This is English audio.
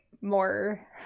more